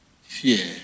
fear